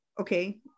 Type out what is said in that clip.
okay